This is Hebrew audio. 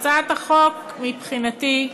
הצעת החוק, מבחינתי,